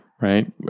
right